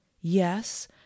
Yes